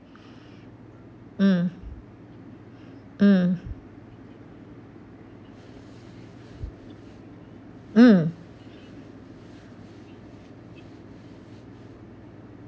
mm mm mm